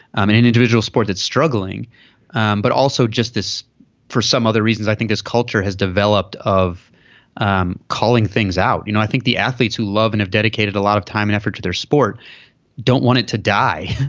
i mean any individual sport that's struggling um but also just as for some other reasons i think is culture has developed of um calling things out. you know i think the athletes who love and dedicated a lot of time and effort to their sport don't want it to die.